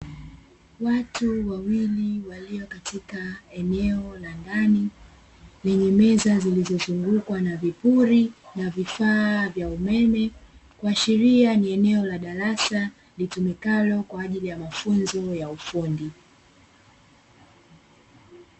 Watu wawili walio katika eneo la ndani; lenye meza zilizozungukwa na vipuri na vifaa vya umeme, kuashiria ni eneo la darasa litumikalo kwa ajili ya mafunzo ya ufundi.